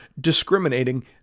discriminating